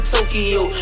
Tokyo